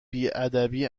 بیادبی